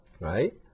right